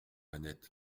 annette